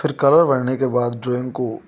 फ़िर कलर भरने के बाद ड्रॉइंग को